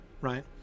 right